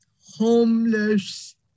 homeless